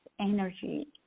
energy